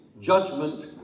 judgment